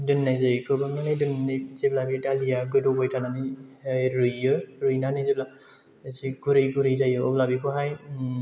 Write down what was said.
दोननाय जायो खोबहाबनानै दोननानै जेब्ला बे दालिआ गोदौबाय थानानै रुइयो रुइनानै जेब्ला एसे गुरै गुरै जायो अब्ला बेखौहाय